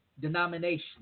denomination